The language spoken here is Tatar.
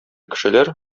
кешеләр